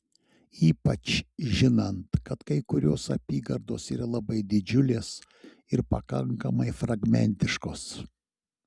ypač žinant kad kai kurios apygardos yra labai didžiulės ir pakankamai fragmentiškos